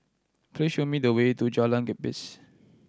please show me the way to Jalan Gapis